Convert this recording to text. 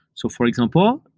so for example,